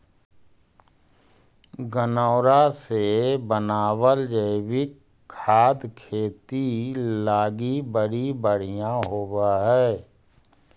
गनऔरा से बनाबल जैविक खाद खेती लागी बड़ी बढ़ियाँ होब हई